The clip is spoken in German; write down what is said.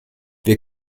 wir